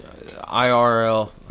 IRL